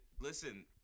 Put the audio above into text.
Listen